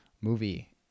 movie